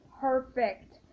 perfect